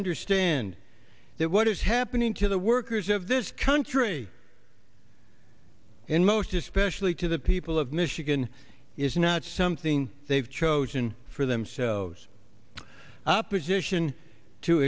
understand that what is happening to the workers of this country and most especially to the people of michigan is not something they've chosen for themselves opposition to